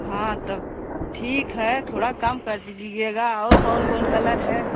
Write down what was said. हाँ तब ठीक है थोड़ा कम कर दीजिएगा और कौन कौन कलर है